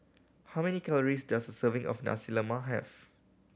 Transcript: how many calories does a serving of Nasi Lemak have